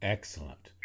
Excellent